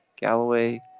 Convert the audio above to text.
Galloway